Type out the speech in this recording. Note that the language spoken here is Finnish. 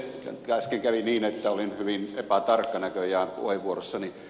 äsken kävi niin että olin hyvin epätarkka näköjään puheenvuorossani